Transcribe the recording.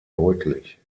deutlich